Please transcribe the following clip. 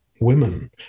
women